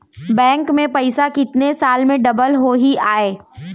Bank में पइसा कितने साल में डबल होही आय?